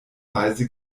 weise